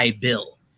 Bill